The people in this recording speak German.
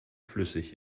flüssig